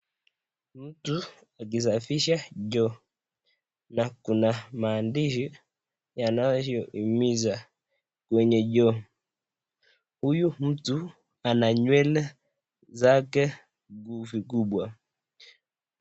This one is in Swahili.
Mtu akisafisha choo na kuna maandishi yanayoimiza kwenye choo. Huyu mtu ana nywele zake vikubwa.